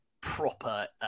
proper